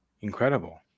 Incredible